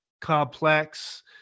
complex